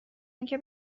اینکه